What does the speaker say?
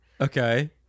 Okay